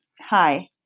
Hi